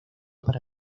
para